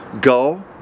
Go